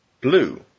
Blue